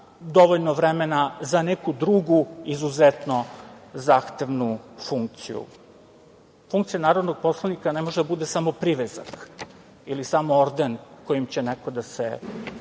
dovoljno vremena za neku drugu izuzetno zahtevnu funkciju. Funkcija narodnog poslanika ne može da bude samo privezak ili samo orden kojim će neko da se